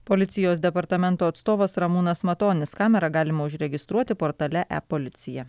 policijos departamento atstovas ramūnas matonis kamerą galima užregistruoti portale epolicija